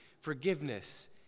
forgiveness